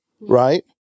right